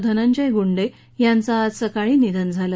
धनंजय गुंडे यांच आज सकाळी निधन झालं